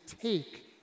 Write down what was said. take